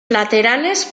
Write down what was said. laterales